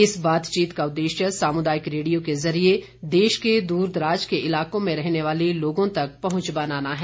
इस बातचीत का उद्देश्य सामुदायिक रेडियो के जरिए देश के दूरदराज के इलाकों में रहने वाले लोगों तक पहुंच बनाना है